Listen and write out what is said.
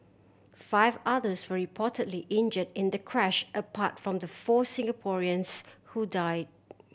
five others were reportedly injured in the crash apart from the four Singaporeans who died